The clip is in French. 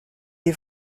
les